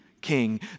king